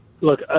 look